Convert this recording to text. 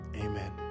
amen